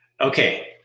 Okay